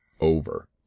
over